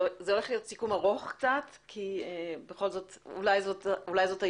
זה הולך להיות סיכום קצת ארוך כי זאת אולי הישיבה